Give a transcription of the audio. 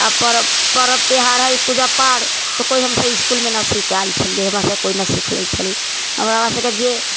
आओर परब त्योहार हइ पूजा पाठ तऽ कोइ हमसब इसकुलमे सीखिकऽ नहि आएल छलिए हमरा सबके कोइ नहि सिखैले छलिए हमरा सबके जे